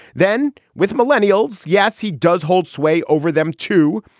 then with millennials, yes, he does hold sway over them too,